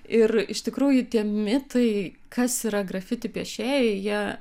ir iš tikrųjų tie mitai kas yra grafiti piešėjai jie